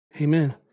Amen